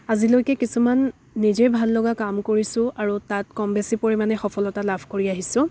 আজিলৈকে কিছুমান নিজে ভাল লগা কাম কৰিছোঁ আৰু তাত কম বেছি পৰিমাণে সফলতা লাভ কৰি আহিছোঁ